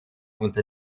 unter